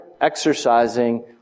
exercising